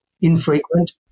Infrequent